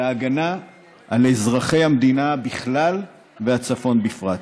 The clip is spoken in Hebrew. וההגנה על אזרחי המדינה בכלל והצפון בפרט.